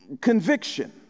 conviction